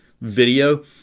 video